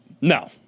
no